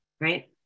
right